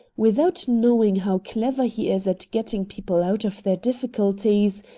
without knowing how clever he is at getting people out of their difficulties,